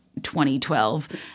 2012